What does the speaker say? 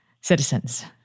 citizens